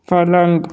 पलंग